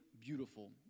beautiful